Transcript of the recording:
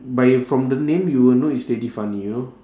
by from the name you will know it's already funny you know